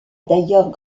d’ailleurs